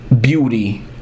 beauty